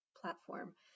platform